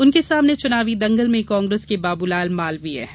उनके सामने चुनावी दंगल में कांग्रेस के बाबूलाल मालवीय हैं